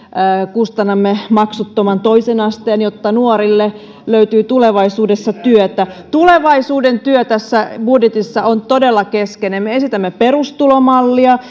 kustannamme maksuttoman toisen asteen jotta nuorille löytyy tulevaisuudessa työtä tulevaisuuden työ tässä budjetissa on todella keskeinen me esitämme perustulomallia